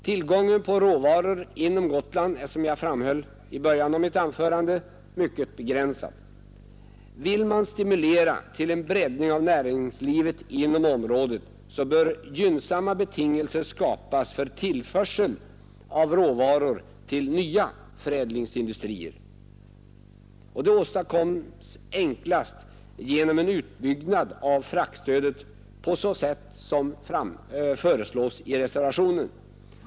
Tillgången på råvaror inom Gotland är som jag framhöll inledningsvis mycket begränsad. Vill man stimulera till en breddning av näringslivet inom området, bör gynnsamma betingelser skapas för tillförsel av råvaror till nya förädlingsindustrier. Detta åstadkommes enklast genom en utbyggnad av fraktstödet på sätt som föreslås i reservationen.